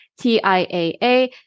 TIAA